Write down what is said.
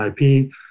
IP